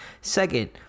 Second